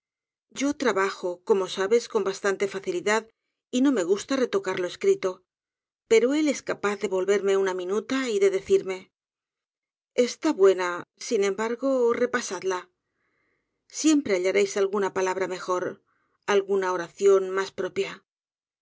ra bajp cpmo sabes con bastante facilidad y no me gusta retocar jo escrito pero él es capaz de volyernae una minuta y de deírme es tá buena sin embargo repasadla siempre hallareis alguna palabra mejpr alguna pracion hias propia